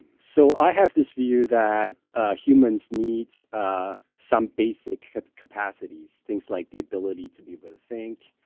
so i have this view that humans need some basic capacities, things like the ability to be able to think,